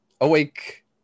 awake